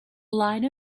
line